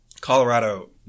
Colorado